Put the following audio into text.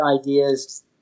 ideas